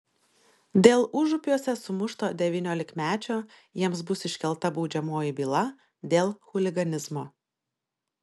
dėl užupiuose sumušto devyniolikmečio jiems bus iškelta baudžiamoji byla dėl chuliganizmo